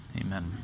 Amen